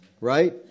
right